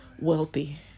wealthy